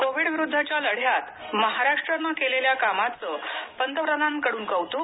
कोविडविरुद्धच्या लढ्यात महाराष्ट्रानं केलेल्या कामाचं पंतप्रधानांकडून कौतुक